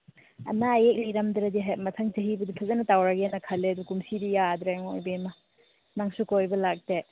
ꯑꯅꯥ ꯑꯌꯦꯛ ꯂꯩꯔꯝꯗ꯭ꯔꯗꯤ ꯃꯊꯪ ꯆꯍꯤꯕꯨꯗꯤ ꯐꯖꯅ ꯇꯧꯔꯒꯦꯅ ꯈꯜꯂꯦ ꯑꯗꯣ ꯀꯨꯝꯁꯤꯗꯤ ꯌꯥꯗ꯭ꯔꯦꯉꯣ ꯏꯕꯦꯝꯃ ꯅꯪꯁꯨ ꯀꯣꯏꯕ ꯂꯥꯛꯇꯦ